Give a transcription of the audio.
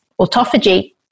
autophagy